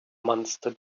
monster